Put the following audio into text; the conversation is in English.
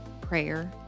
prayer